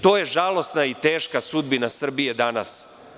To je žalosna i teška sudbina Srbije danas.